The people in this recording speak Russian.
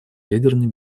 ядерной